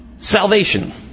Salvation